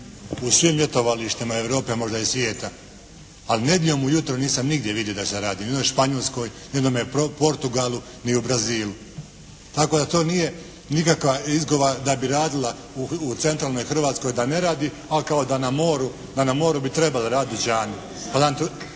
u svim ljetovalištima Europe, možda i svijeta, ali nedjeljom ujutro nisam nigdje vidio da se radi. U jednom Španjolskoj, jednome Portugalu ni u Brazilu. Tako da to nije nikakva izgovor da bi radila u centralnoj Hrvatskoj da ne radi, a kao da na moru bi trebali raditi dućani,